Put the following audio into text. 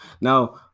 Now